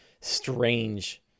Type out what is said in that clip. strange